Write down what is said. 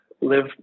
live